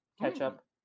ketchup